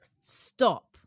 Stop